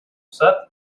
сад